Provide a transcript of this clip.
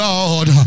Lord